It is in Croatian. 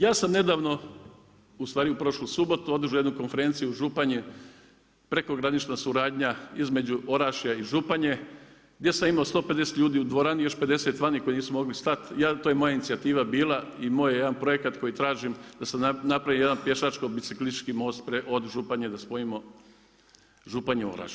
Ja sam nedavno, ustvari u prošlu subotu održao jednu konferenciju u Županiji prekogranična suradnja između Orašja i Županje gdje sam imao 150 ljudi u dvorani, još 50 vani koji nisu mogli stati, to je moja inicijativa bila i moj jedan projekat traži da se napravi jedan pješačko biciklistički most od Županje da spojimo Županju i Orašje.